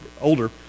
older